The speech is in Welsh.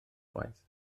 gwaith